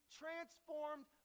transformed